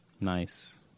Nice